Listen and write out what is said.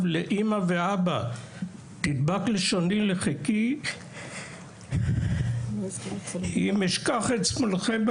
לאימא ואבא "תדבק לשוני לחכי אם אשכח אתכם",